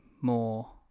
more